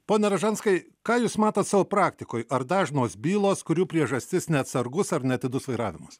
pone ražanskai ką jūs matot savo praktikoj ar dažnos bylos kurių priežastis neatsargus ar neatidus vairavimas